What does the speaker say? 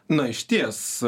na išties